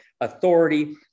authority